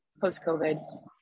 post-COVID